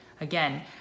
Again